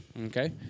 Okay